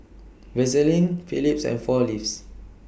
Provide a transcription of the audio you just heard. Vaseline Phillips and four Leaves